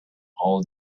all